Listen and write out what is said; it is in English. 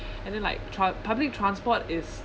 and then like tra~ public transport is